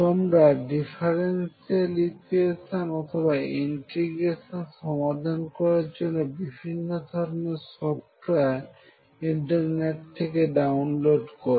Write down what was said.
তোমরা differential equation অথবা integrator সমাধান করার জন্য বিভিন্ন ধরনের সফটওয়্যার ইন্টারনেট থেকে ডাউনলোড করো